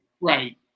right